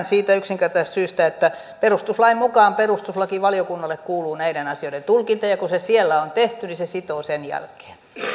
siitä yksinkertaisesta syystä että perustuslain mukaan perustuslakivaliokunnalle kuuluu näiden asioiden tulkinta ja kun se siellä on tehty niin se sitoo sen jälkeen